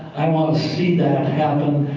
i want to see that happen.